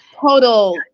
total